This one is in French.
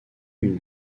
une